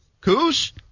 Coos